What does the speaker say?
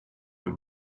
but